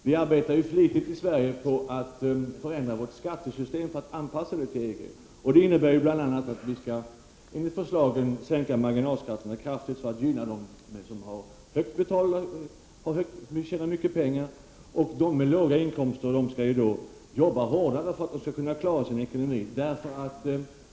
Vi arbetar ju i Sverige flitigt med att förändra vårt skattesystem, för att anpassa det till EG. Det innebär bl.a. att vi enligt förslagen skall sänka marginalskatterna kraftigt och gynna dem som tjänar mycket pengar. Och de som har låga inkomster skall då jobba hårdare för att kunna klara sin ekonomi.